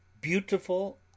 Beautiful